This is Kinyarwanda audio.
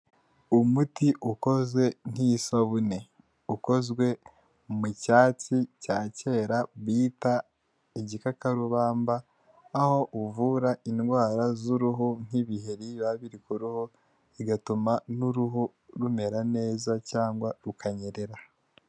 Umuti ukoze nk'isabune ukozwe mu cyatsi cya kera bita igikakarubamba, aho uvura indwara z'uruhu nk'ibiheri biba biri ku ruhu, bigatuma n'uruhu rumera neza cyangwa rukanyerera.